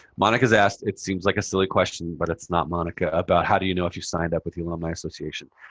monica's asked it seems like a silly question, but it's not, monica about how do you know if you signed up with the alumni association?